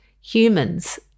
humans